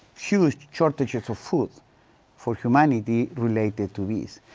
huge shortages of food for humanity, related to bees.